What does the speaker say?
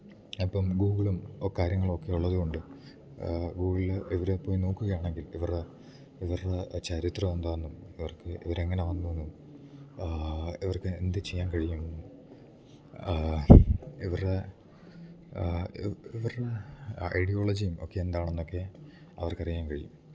അപ്പം ഗൂഗിളും ആ കാര്യങ്ങളും ഒക്കെ ഉള്ളത് കൊണ്ട് ഗൂഗിളിൽ ഇവരെ പോയി നോക്കുകയാണെങ്കിൽ ഇവർ ഇവരുടെ ചരിത്രം എന്താണെന്നും ഇവർക്ക് ഇവർ എങ്ങനെ വന്നുവെന്നും ഇവർക്ക് എന്ത് ചെയ്യാൻ കഴിയും ഇവരുടെ ഇവരുടെ ഐഡിയോളജിയും ഒക്കെ എന്താണെന്നൊക്കെ അവർക്ക് അറിയാൻ കഴിയും